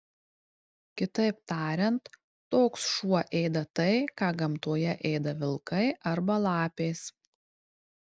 kitaip tariant toks šuo ėda tai ką gamtoje ėda vilkai arba lapės